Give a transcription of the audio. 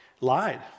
lied